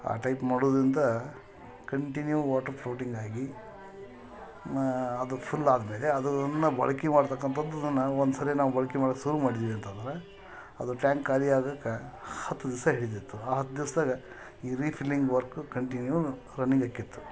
ಆ ಟೈಪ್ ಮಾಡೋದ್ರಿಂದ continue water floating ಆಗಿ ಅದು ಫುಲ್ ಆದಮೇಲೆ ಅದನ್ನ ಬಳ್ಕೆ ಮಾಡ್ತಕ್ಕಂತದ್ದು ಅದನ್ನು ಒಂದು ಸರಿ ನಾವು ಬಳ್ಕೆ ಮಾಡದು ಶುರು ಮಾಡಿದ್ವಿ ಅಂತಂದ್ರೆ ಅದು ಟ್ಯಾಂಕ್ ಖಾಲಿಯಾಗಕ್ಕೆ ಹತ್ತು ದಿವ್ಸ ಹಿಡಿತಿತ್ತು ಆ ಹತ್ತು ದಿವಸ್ದಾಗ ಈ ರಿಫಿಲ್ಲಿಂಗ್ ವರ್ಕು ಕಂಟಿನ್ಯೂ ರನ್ನಿಂಗ್ ಆಗಿತ್ತು